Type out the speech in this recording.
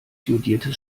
jodiertes